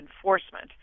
enforcement